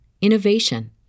innovation